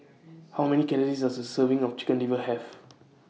How Many Calories Does A Serving of Chicken Liver Have